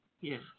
Yes